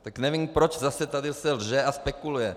Tak nevím, proč zase tady se lže a spekuluje.